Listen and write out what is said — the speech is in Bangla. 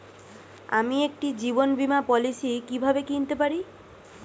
আমি একটি জীবন বীমা পলিসি কিভাবে কিনতে পারি?